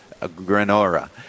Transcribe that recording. Granora